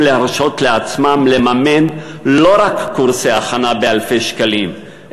להרשות לעצמם לממן לא רק קורסי הכנה באלפי שקלים,